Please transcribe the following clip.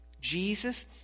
Jesus